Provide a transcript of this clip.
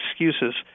excuses